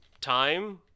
time